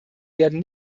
werden